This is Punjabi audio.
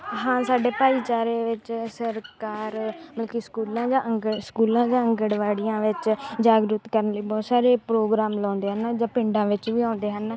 ਹਾਂ ਸਾਡੇ ਭਾਈਚਾਰੇ ਵਿੱਚ ਸਰਕਾਰ ਮਤਲਬ ਕਿ ਸਕੂਲਾਂ ਜਾਂ ਅੰਗ ਸਕੂਲਾਂ ਜਾਂ ਆਂਗਣਵਾੜੀਆਂ ਵਿੱਚ ਜਾਗਰੂਕ ਕਰਨ ਲਈ ਬਹੁਤ ਸਾਰੇ ਪ੍ਰੋਗਰਾਮ ਲਾਉਂਦੇ ਹਨ ਜਾਂ ਪਿੰਡਾਂ ਵਿੱਚ ਵੀ ਆਉਂਦੇ ਹਨ